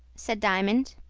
said diamond.